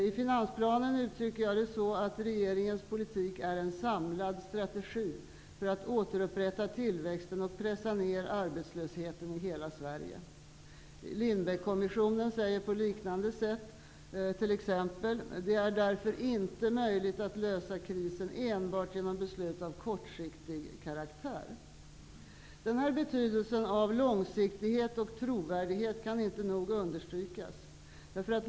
I finansplanen uttrycks det så att regeringens politik är en samlad strategi för att återupprätta tillväxten och pressa ned arbetslösheten i hela Sverige. Lindbeckkommissionen säger exempelvis att ''Det är därför inte möjligt att lösa krisen enbart genom beslut av kortsiktig karaktär.'' Betydelsen av långsiktighet och trovärdighet kan inte nog understrykas.